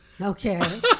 Okay